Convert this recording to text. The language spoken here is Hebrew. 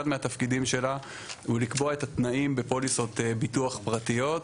אחד מהתפקידים שלה הוא לקבוע את התנאים בפוליסות ביטוח פרטיות.